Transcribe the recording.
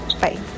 Bye